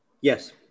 Yes